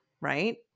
right